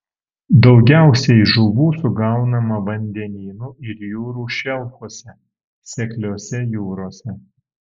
daugiausiai žuvų sugaunama vandenynų ir jūrų šelfuose sekliose jūrose